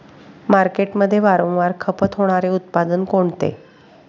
मार्केटमध्ये वारंवार खपत होणारे उत्पादन कोणते?